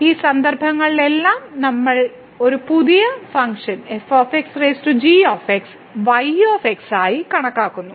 ഈ സന്ദർഭങ്ങളിലെല്ലാം നമ്മൾ ഇവിടെ ഒരു പുതിയ ഫംഗ്ഷൻ f g y ആയി കണക്കാക്കുന്നു